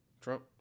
Trump